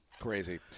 crazy